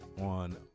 on